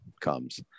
comes